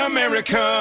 America